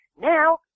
Now